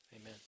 Amen